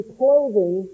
clothing